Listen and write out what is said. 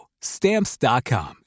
Stamps.com